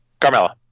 Carmella